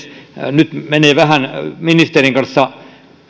nyt menee vähän ministerin kanssa